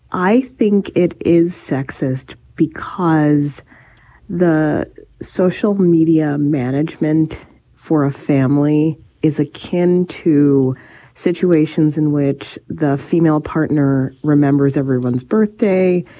i think it is sexist because the social media management for a family is akin to situations in which the female partner remembers everyone's birthday,